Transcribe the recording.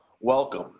Welcome